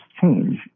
change